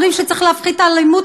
אומרים שצריך להפחית אלימות,